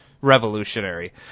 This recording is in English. revolutionary